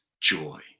joy